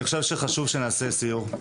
שחשוב שנעשה סיור,